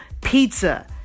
pizza